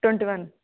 twenty one